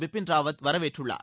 பிபின் ராவத் வரவேற்றுள்ளார்